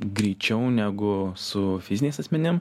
greičiau negu su fiziniais asmenim